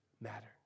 matter